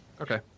Okay